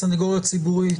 ציבורי,